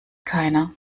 keiner